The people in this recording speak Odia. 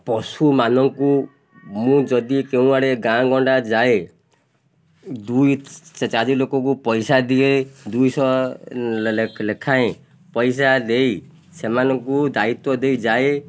ପଶୁମାନଙ୍କୁ ମୁଁ ଯଦି କେଉଁ ଆଡ଼େ ଗାଁ ଗଣ୍ଡା ଯାଏ ଦୁଇ ଚାରି ଲୋକକୁ ପଇସା ଦିଏ ଦୁଇଶହ ଲେଖାଏ ପଇସା ଦେଇ ସେମାନଙ୍କୁ ଦାୟିତ୍ୱ ଦେଇଯାଏ